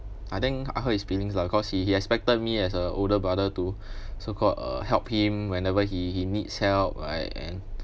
I think I hurt his feelings lah because he he expected me as a older brother to so called uh helped him whenever he he needs help right and